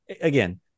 again